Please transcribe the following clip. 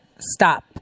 Stop